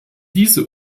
diese